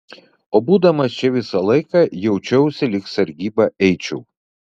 o būdamas čia visą laiką jaučiausi lyg sargybą eičiau